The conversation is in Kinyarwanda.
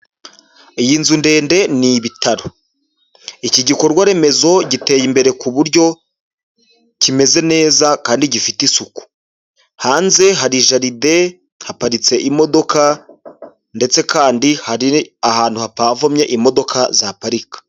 Iyi nzu ndende ni ibitaro iki gikorwa remezo giteye imbere ku buryo kimeze neza kandi gifite isuku hanze hari jardele haparitse imodoka ndetse kandi hari ahantu hatavumye imodoka zaparika.